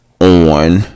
on